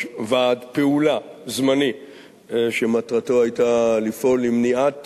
ועד פעולה זמני שמטרתו היתה לפעול למניעת